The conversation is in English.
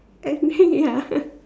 I mean ya